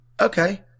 okay